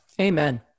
Amen